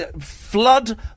flood